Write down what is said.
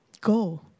Go